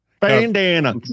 Bandana